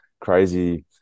crazy